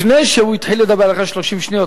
לפני שהוא התחיל לדבר, אחרי 30 שניות.